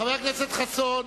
חבר הכנסת חסון,